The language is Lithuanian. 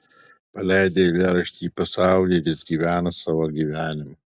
paleidai eilėraštį į pasaulį ir jis gyvena savo gyvenimą